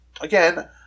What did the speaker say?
Again